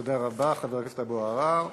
תודה רבה, חבר הכנסת אבו עראר.